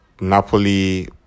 Napoli